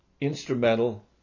instrumental